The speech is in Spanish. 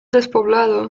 despoblado